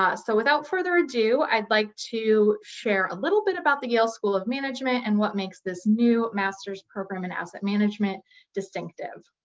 ah so without further ado, i'd like to share a little bit about the yale school of management and what makes this new master's program in asset management distinctive.